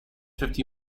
fifty